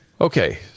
Okay